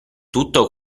tutto